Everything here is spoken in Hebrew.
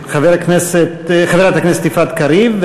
חברת הכנסת יפעת קריב.